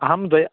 अहं द्वयः